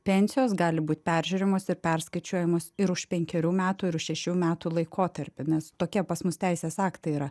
pensijos gali būt peržiūrimos ir perskaičiuojamos ir už penkerių metų ir už šešių metų laikotarpį nes tokie pas mus teisės aktai yra